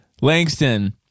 Langston